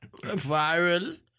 viral